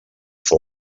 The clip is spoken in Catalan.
fou